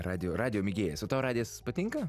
radijo radijo mėgėjas o tau radijas tinka